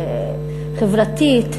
חברתית,